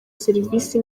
serivisi